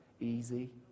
easy